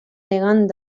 elegant